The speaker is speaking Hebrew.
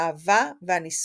האהבה והנישואין.